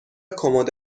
کمد